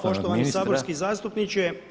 poštovani saborski zastupniče.